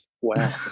Wow